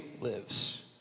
lives